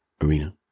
Arena